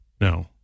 No